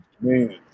Man